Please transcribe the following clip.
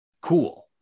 cool